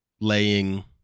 laying